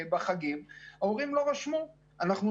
בחגים ואז ההורים לא רשמו את הילדים.